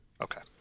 Okay